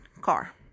car